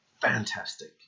fantastic